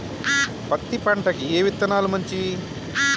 పత్తి పంటకి ఏ విత్తనాలు మంచివి?